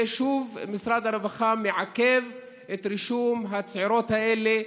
ושוב משרד הרווחה מעכב את רישום הצעירות האלה,